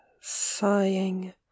sighing